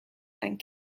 and